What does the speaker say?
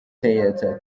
theater